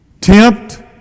tempt